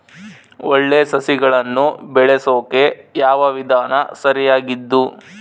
ಒಳ್ಳೆ ಸಸಿಗಳನ್ನು ಬೆಳೆಸೊಕೆ ಯಾವ ವಿಧಾನ ಸರಿಯಾಗಿದ್ದು?